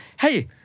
Hey